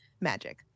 magic